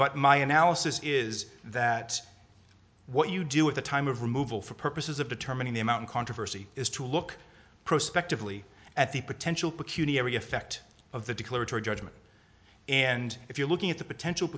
but my analysis is that what you do at the time of removal for purposes of determining the amount of controversy is to look prospectively at the potential peculiarity effect of the declaratory judgment and if you're looking at the potential